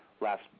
last